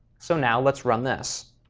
so now let's run this.